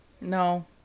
No